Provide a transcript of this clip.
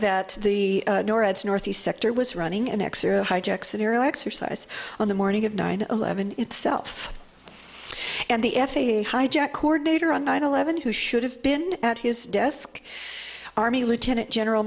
that the norad's northeast sector was running an x or a hijack scenario exercise on the morning of nine eleven itself and the f a a hijack coordinator on nine eleven who should have been at his desk army lieutenant general